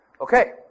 Okay